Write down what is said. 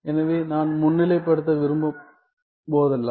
எனவே நான் முன்னிலைப்படுத்த விரும்பும் போதெல்லாம்